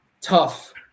tough